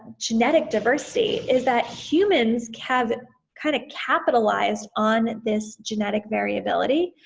genetic diversity is that humans can kind of capitalize on this genetic variability,